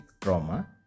trauma